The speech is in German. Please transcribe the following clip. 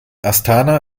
astana